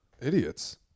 idiots